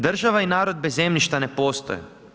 Država i narod bez zemljišta ne postoje.